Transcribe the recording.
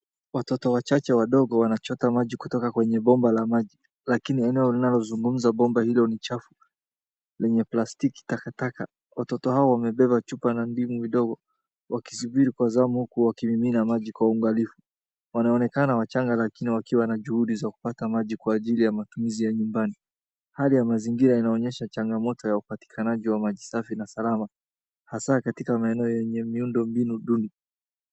Watoto wachache wadogo wanachota maji kutoka kwenye bomba la maji lakini rneo linalo zungumza bomba hilo ni chafu lenye plastiki takataka. Watoto hawa wamebeba chupa na vibuyu vidogo wakisubiri kwa zamu huku wakimimina maji kwa uangalifu. Wanaonekana wachanga lakini wakiwa na juhudi za kupata maji kwa ajiri ya matumizi ya nyumbani. Hali ya mazingira inaonyesha changamoto ya upatikanaji wa maji safi na salama, hasa katika maeneo yenye miundombinu duni.